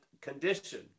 condition